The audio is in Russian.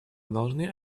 должны